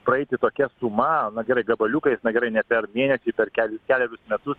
praeiti tokia suma na gerai gabaliukais na gerai ne per mėnesį per ke kelerius metus